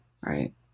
right